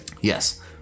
yes